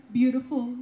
beautiful